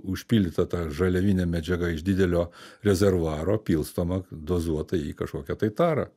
užpildyta ta žaliavine medžiaga iš didelio rezervuaro pilstoma dozuota į kažkokią tai tarą